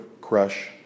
crush